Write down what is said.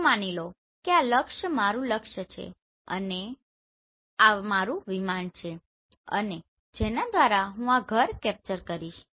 તો માની લો કે આ મારું લક્ષ્ય છે અને આ મારું વિમાન છે અને જેના દ્વારા હું આ ઘર કેપ્ચર કરીશ